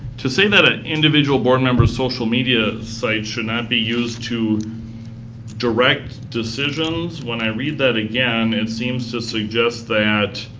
to say that an individual board member's social media site should not be used to direct decisions. when i read that again, it seems to suggest that